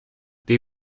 they